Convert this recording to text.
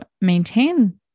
maintain